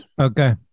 Okay